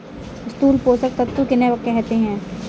स्थूल पोषक तत्व किन्हें कहते हैं?